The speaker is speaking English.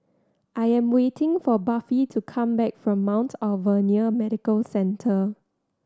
I am waiting for Buffy to come back from Mount Alvernia Medical Centre